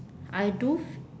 I do